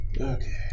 Okay